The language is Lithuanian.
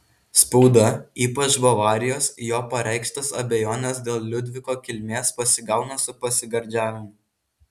spauda ypač bavarijos jo pareikštas abejones dėl liudviko kilmės pasigauna su pasigardžiavimu